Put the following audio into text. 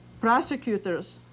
prosecutors